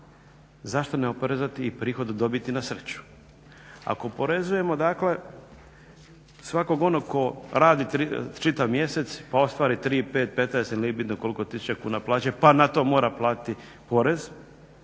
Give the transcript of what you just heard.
zašto ne oporezati i prihod dobiti na sreću. Ako oporezujemo dakle svakog onog tko radi čitav mjesec pa ostvari 3, 5, 15 ili nije bitno koliko tisuća kuna plaće pa na to mora platiti porez,